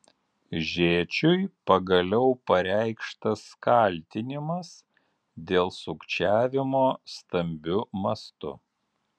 žėčiui pagaliau pareikštas kaltinimas dėl sukčiavimo stambiu mastu